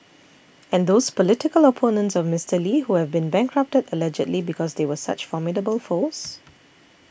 and those political opponents of Mister Lee who have been bankrupted allegedly because they were such formidable foes